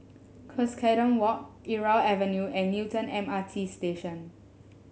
Cuscaden Walk Irau Avenue and Newton M R T Station